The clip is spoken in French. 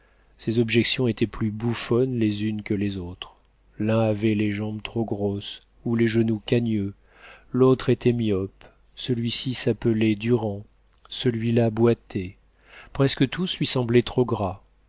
ses objections étaient plus bouffonnes les unes que les autres l'un avait les jambes trop grosses ou les genoux cagneux l'autre était myope celui-ci s'appelait durand celui-là boitait presque tous lui semblaient trop gras